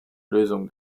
lösung